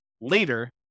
later